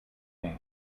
man